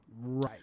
Right